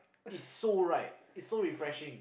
is so right is so refreshing